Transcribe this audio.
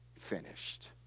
finished